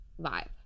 vibe